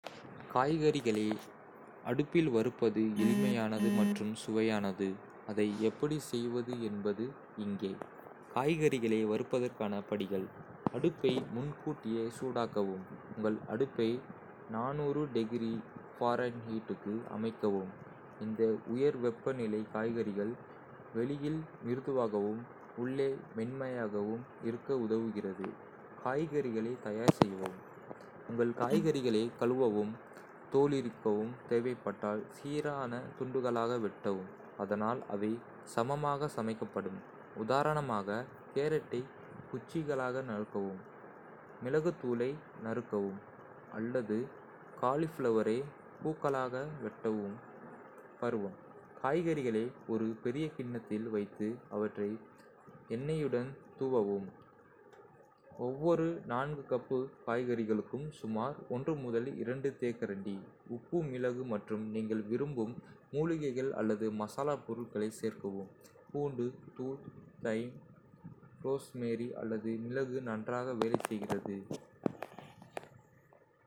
காய்கறிகளை அடுப்பில் வறுப்பது எளிமையானது மற்றும் சுவையானது அதை எப்படி செய்வது என்பது இங்கே. காய்கறிகளை வறுப்பதற்கான படிகள். அடுப்பை முன்கூட்டியே சூடாக்கவும் உங்கள் அடுப்பை க்கு அமைக்கவும். இந்த உயர் வெப்பநிலை காய்கறிகள் வெளியில் மிருதுவாகவும் உள்ளே மென்மையாகவும் இருக்க உதவுகிறது. காய்கறிகளை தயார் செய்யவும்: உங்கள் காய்கறிகளைக் கழுவவும், தோலுரிக்கவும் தேவைப்பட்டால். சீரான துண்டுகளாக வெட்டவும், அதனால் அவை சமமாக சமைக்கப்படும். உதாரணமாக, கேரட்டை குச்சிகளாக நறுக்கவும், மிளகுத்தூளை நறுக்கவும் அல்லது காலிஃபிளவரை பூக்களாக வெட்டவும். பருவம. காய்கறிகளை ஒரு பெரிய கிண்ணத்தில் வைத்து, அவற்றை ஆலிவ் எண்ணெயுடன் தூவவும் (ஒவ்வொரு கப் காய்கறிகளுக்கும் சுமார் தேக்கரண்டி. உப்பு, மிளகு, மற்றும் நீங்கள் விரும்பும் மூலிகைகள் அல்லது மசாலாப் பொருட்களைச் சேர்க்கவும் (பூண்டு தூள், தைம், ரோஸ்மேரி அல்லது மிளகு நன்றாக வேலை செய்கிறது.